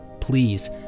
please